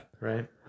Right